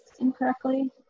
incorrectly